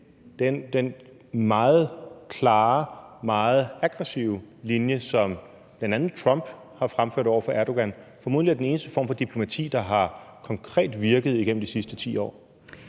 den meget klare og meget aggressive linje, som bl.a. Trump har ført over for Erdogan, formodentlig er den eneste form for diplomati, der konkret har virket igennem de sidste 10 år?